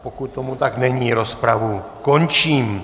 Pokud tomu tak není, rozpravu končím.